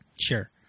sure